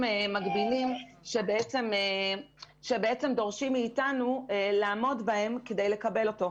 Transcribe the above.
מקדימים שבעצם דורשים ממנו לעמוד בהם כדי לקבל אותו.